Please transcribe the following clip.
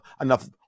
enough